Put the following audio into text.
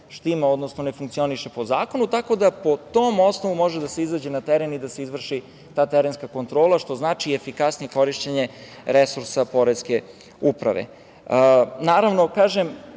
štima, odnosno ne funkcioniše po zakonu, tako da po tom osnovu može da se izađe na teren i da se izvrši ta terenska kontrola, što znači efikasnije korišćenje resursa poreske uprave. Ovim